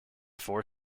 four